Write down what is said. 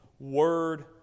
word